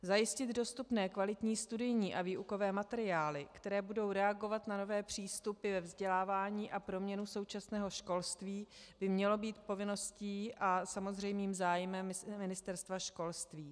Zajistit dostupné kvalitní studijní a výukové materiály, které budou reagovat na nové přístupy ve vzdělávání a proměnu současného školství, by mělo být povinností a samozřejmým zájmem Ministerstva školství.